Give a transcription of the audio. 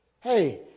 Hey